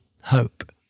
hope